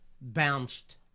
bounced